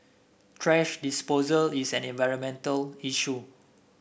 thrash disposal is an environmental issue